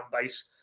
base